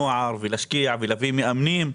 נוער ולהשקיע ולהביא מאמנים,